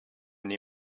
nii